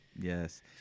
Yes